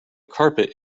carpet